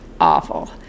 awful